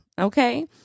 Okay